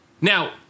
now